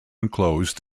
enclosed